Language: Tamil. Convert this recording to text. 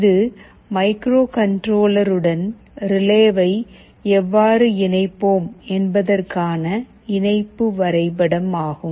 இது மைக்ரோகண்ட்ரோலருடன் ரிலேவை எவ்வாறு இணைப்போம் என்பதற்கான இணைப்பு வரைபடம் ஆகும்